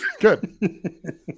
Good